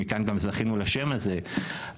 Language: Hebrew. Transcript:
מכאן גם זכינו לשם הזה,